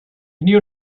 knew